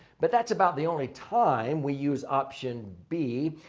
but that's about the only time we use option b,